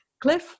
Cliff